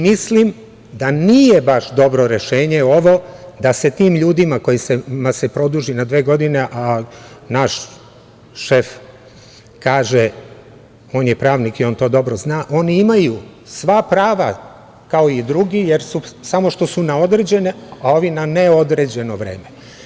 Mislim da nije baš dobro rešenje ovo da se tim ljudima kojima se produži na dve godine, a naš šef kaže, on je pravnik i on to dobro zna, oni imaju sva prava kao i drugi, samo što su na određeno, a ovi na neodređeno vreme.